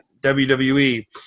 WWE